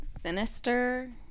sinister